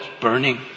burning